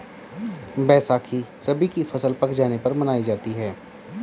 बैसाखी रबी की फ़सल पक जाने पर मनायी जाती है